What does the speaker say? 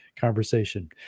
conversation